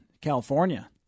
California